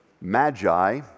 magi